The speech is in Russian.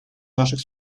наших